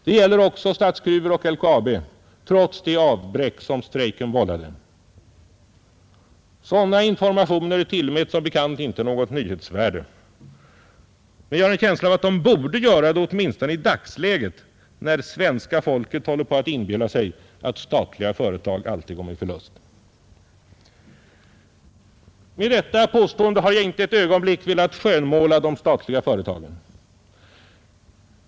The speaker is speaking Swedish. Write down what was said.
Det gäller också Statsgruvor och LKAB, trots det avbräck som strejken vållade. Sådana informationer tillmäts som bekant inte något nyhetsvärde, men jag har en känsla av att de borde göra det åtminstone i dagens läge när svenska folket håller på att inbilla sig att statliga företag alltid går med förlust. Med detta påstående har jag inte ett ögonblick velat skönmåla de statliga företagen.